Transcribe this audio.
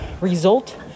result